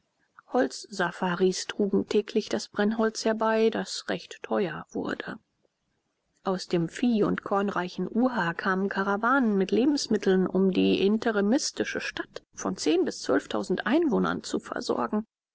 holzsafaris trugen täglich das brennholz herbei das recht teuer wurde aus dem vieh und kornreichen uha kamen karawanen mit lebensmitteln um die interimistische stadt von zehn bis zwölftausend einwohnern zu versorgen